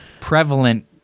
prevalent